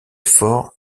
fort